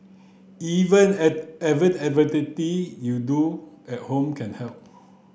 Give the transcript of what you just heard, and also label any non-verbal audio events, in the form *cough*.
even *unintelligible* you do at home can help